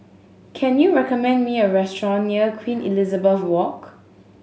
can you recommend me a restaurant near Queen Elizabeth Walk